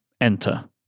enter